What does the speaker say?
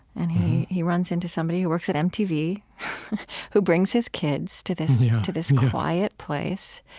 and he he runs into somebody who works at mtv who brings his kids to this to this quiet place.